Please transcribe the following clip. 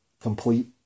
complete